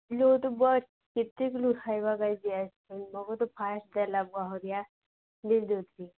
ଲୁଟ୍ ବଟ୍ କେତେ କିଲୋ ଖାଇବା ଧରି କି ଆସିଛନ୍ତି ବହୁତ ଫାଷ୍ଟ ହେଲା ପହଁଞ୍ଚିବା ଦେଇ ଦଉଛି